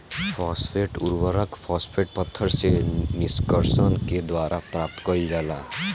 phosphate उर्वरक, phosphate पत्थर से निष्कर्षण के द्वारा प्राप्त कईल जाला